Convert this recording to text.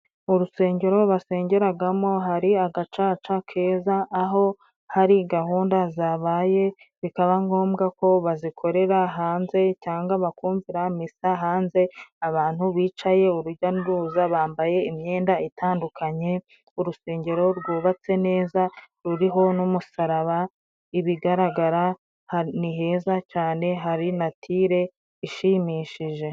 Urusengero basengeragamo hari agacaca keza aho hari gahunda zabaye bikaba ngombwa ko bazikorera hanze cyangwa bakumvira misa hanze, abantu bicaye urujya n'uruza bambaye imyenda itandukanye urusengero rwubatse neza ruriho n'umusaraba ibigaragara ni heza cyane hari natire ishimishije.